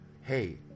Hey